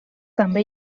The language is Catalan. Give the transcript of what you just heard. també